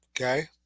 okay